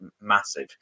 massive